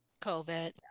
COVID